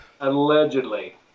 Allegedly